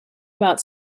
about